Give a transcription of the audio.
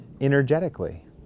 energetically